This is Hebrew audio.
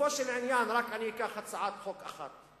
לגופו של עניין אני אקח רק הצעת חוק אחת,